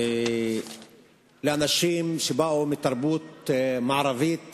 לאנשים שבאו מתרבות מערבית